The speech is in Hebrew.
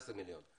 11 מיליון.